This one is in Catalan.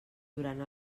durant